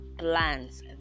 Plans